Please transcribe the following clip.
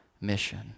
mission